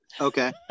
Okay